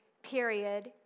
period